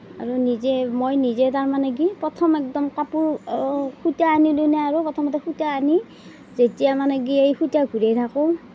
আৰু নিজে মই নিজে তাৰমানে কি প্ৰথম একদম কাপোৰ সূতা আনিলোঁ নহয় আৰু প্ৰথমতে সূতা আনি যেতিয়া মানে কি এই সূতা ঘুৰাই থাকোঁ